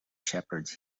shepherds